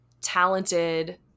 talented